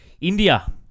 India